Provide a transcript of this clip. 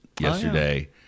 yesterday